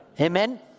Amen